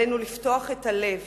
עלינו לפתוח את הלב